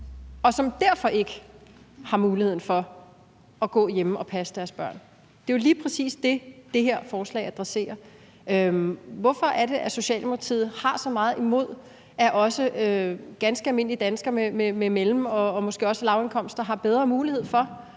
og som derfor ikke har muligheden for at gå hjemme og passe deres børn. Det er jo lige præcis det, som det her forslag adresserer. Hvorfor er det, at Socialdemokratiet har så meget imod, at også ganske almindelige danskere med mellemindkomster og måske også lavindkomster har bedre mulighed for